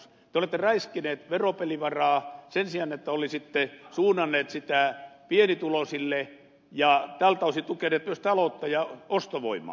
te olette räiskineet veropelivaraa sen sijaan että olisitte suunnanneet sitä pienituloisille ja tältä osin tukeneet myös taloutta ja ostovoimaa